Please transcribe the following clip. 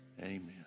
Amen